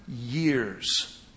years